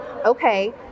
okay